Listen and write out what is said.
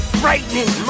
frightening